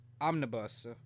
Omnibus